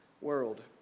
world